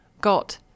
got